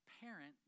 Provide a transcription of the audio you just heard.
parent